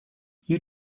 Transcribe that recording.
you